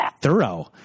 thorough